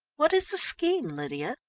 what is the scheme, lydia?